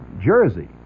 jersey